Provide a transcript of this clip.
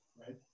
right